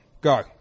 go